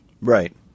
Right